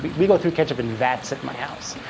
but we go through ketchup in vats at my house.